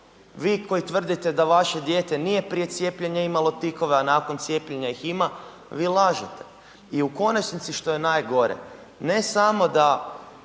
vi koji tvrdite da vaše dijete nije prije cijepljenja imalo tikove a nakon cijepljenja ih ima, vi lažete. I u konačnici što je najgore, ne samo da